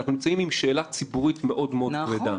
אנחנו נמצאים עם שאלה ציבורית מאוד מאוד כבדה.